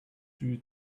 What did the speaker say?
due